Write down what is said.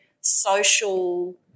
social